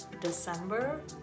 December